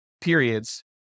periods